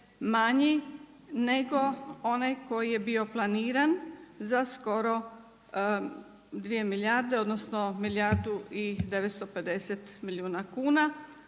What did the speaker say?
manji nego onaj koji je bio planiran za skoro 2 milijarde, odnosno milijardu i 950 milijuna kuna.